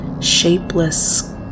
shapeless